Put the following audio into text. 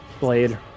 blade